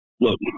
look